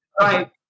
Right